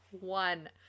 one